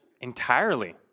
entirely